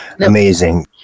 Amazing